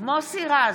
מוסי רז,